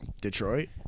Detroit